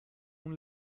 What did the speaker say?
اون